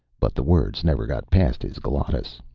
but the words never got past his glottis.